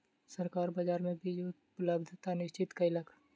सरकार बाजार मे बीज उपलब्धता निश्चित कयलक